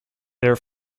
their